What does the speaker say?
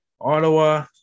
Ottawa